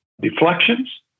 deflections